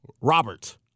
Robert